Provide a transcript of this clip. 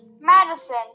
Madison